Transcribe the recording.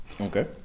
okay